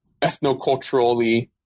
ethnoculturally